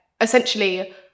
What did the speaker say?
essentially